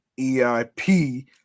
EIP